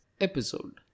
episode